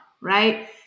right